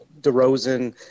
DeRozan